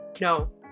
No